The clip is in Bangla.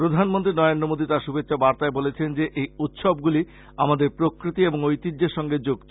প্রধানমন্ত্রী নরেন্দ্র মোদী তার শুভেচ্ছা বার্তায় বলেছেন যে এই উৎসবগুলি আমাদের প্রকৃতি এবং ঐতিহ্যের সঙ্গে যুক্ত